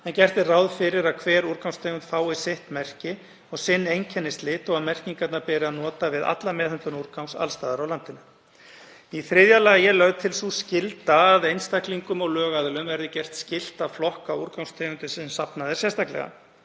en gert er ráð fyrir að hver úrgangstegund fái sitt merki og sinn einkennislit og að merkingarnar beri að nota við alla meðhöndlun úrgangs alls staðar á landinu. Í þriðja lagi er lögð til sú skylda að einstaklingum og lögaðilum verði gert skylt að flokka úrgangstegundir sem er safnað sérstaklega.